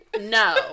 No